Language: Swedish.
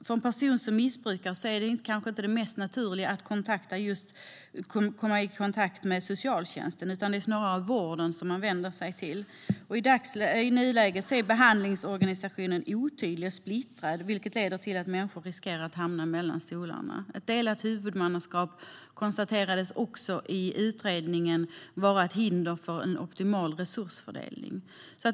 För en person som missbrukar är kanske inte det mest naturliga att kontakta socialtjänsten. Det är snarare vården som man vänder sig till. I nuläget är behandlingsorganisationen otydlig och splittrad, vilket leder till att människor som sagt riskerar att hamna mellan stolarna. Ett delat huvudmannaskap konstaterades också i utredningen vara ett hinder för optimal resursfördelning.